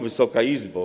Wysoka Izbo!